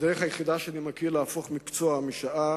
הדרך היחידה שאני מכיר להפוך מקצוע משעה